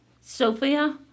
Sophia